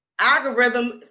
algorithm